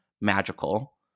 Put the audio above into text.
magical